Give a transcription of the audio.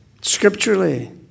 Scripturally